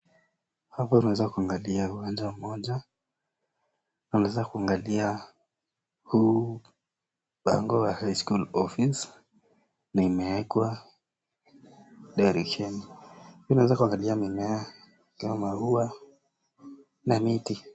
Hapa unaeza kuangalia uwanja mmoja. Unaweza kuangalia huu bango wa High School Office na imeekwa direction . Unaeza kuangalia mimea kama maua na miti.